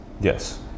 Yes